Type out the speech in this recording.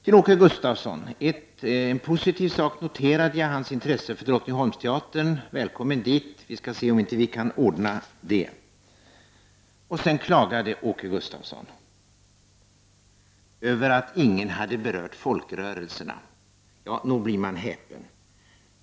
Till Åke Gustavsson: Jag noterade en positiv sak — hans intresse för Drottningholmsteatern. Välkommen dit. Vi skall se om vi inte kan ordna biljett. Sedan klagade Åke Gustavsson över att ingen hade berört folkrörelserna. Nog blir man häpen.